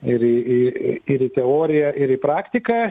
ir į į ir į teoriją ir į praktiką